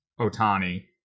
Otani